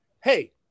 hey